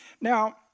Now